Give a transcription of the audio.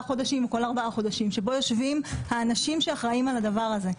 או ארבעה חודשים שבו יושבים האנשים שאחראים לדבר הזה.